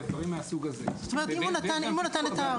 מי שרשום בהרשאה כרופא שנתן אותה,